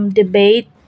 debate